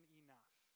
enough